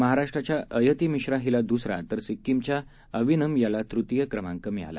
महाराष्ट्राच्या अयति मिश्रा हिला दुसरा तर सिक्कीमच्या अविनम याला तृतीय क्रमांक मिळाला